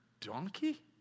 donkey